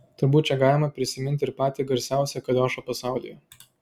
turbūt čia galima prisiminti ir patį garsiausią kaliošą pasaulyje